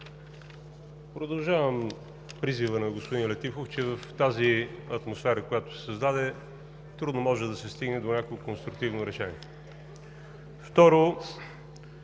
Продължавам призива на господин Летифов, че в тази атмосфера, която се създаде, трудно може да се стигне до някакво конструктивно решение. Второ,